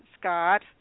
Scott